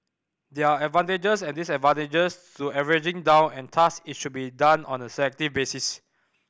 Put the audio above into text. there are advantages and disadvantages to averaging down and thus it should be done on a selective basis